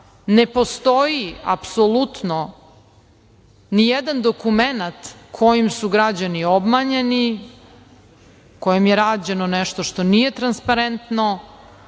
ne postoji apsolutno nijedan dokument kojim su građani obmanjeni, kojim je rađeno nešto što nije transparentno,